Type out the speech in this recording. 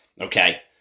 Okay